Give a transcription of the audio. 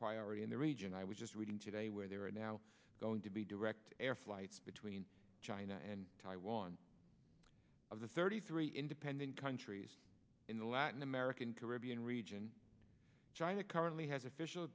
priority in the region i was just reading today where there are now going to be direct air flights between china and taiwan of the thirty three independent countries in the latin american caribbean region china currently has official